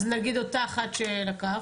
אז נגיד אותה אחת שלקחת?